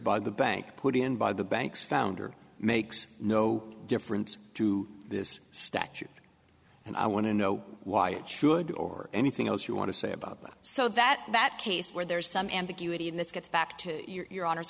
by the bank put in by the bank's founder makes no difference to this statute and i want to know why it should or anything else you want to say about them so that that case where there's some ambiguity in this gets back to your